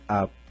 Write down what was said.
up